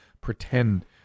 pretend